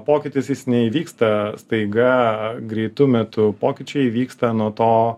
pokytis jis neįvyksta staiga greitu metu pokyčiai įvyksta nuo to